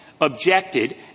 objected